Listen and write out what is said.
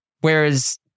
Whereas